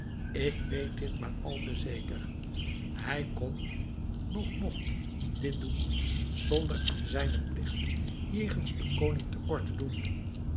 ik weet dit maar al te zeker hij kon noch mogt dit doen zonder aan zijnen pligt jegens den koning te kort te doen